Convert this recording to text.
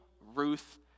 Ruth